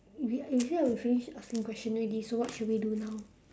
we say we finish asking questions already so what should we do now